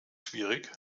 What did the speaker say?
schwierig